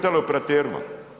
Teleoperaterima.